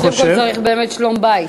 אולי קודם כול צריך באמת מה שנקרא שלום-בית.